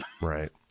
right